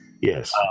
Yes